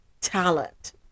talent